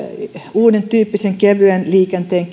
uudentyyppisen kevyen liikenteen